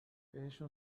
بهشون